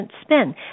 spin